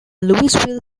louisville